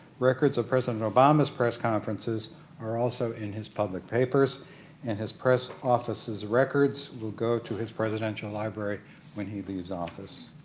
records of president obama's press conferences are also in his public papers and his press office's records will go to his presidential library when he leaves office.